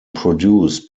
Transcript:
produced